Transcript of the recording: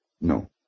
no